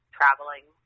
traveling